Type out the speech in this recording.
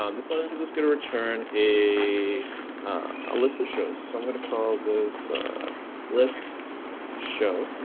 um this one and is just going to return a ah list of shows, so i'm going to call this list show.